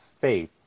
faith